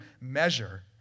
measure